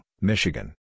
Michigan